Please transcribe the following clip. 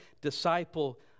disciple